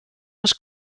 was